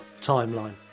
timeline